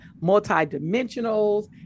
multi-dimensionals